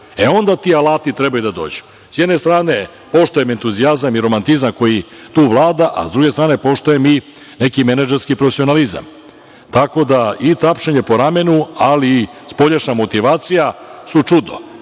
Onda ti alati trebaju da dođu. Sa jedne strane, poštujem entuzijazam i romantizam koji tu vlada, a sa druge strane poštujem i neki menadžerski profesionalizam. Tako da i tapšanje po ramenu, ali i spoljašnja motivacija su čudo. Kada